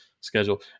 schedule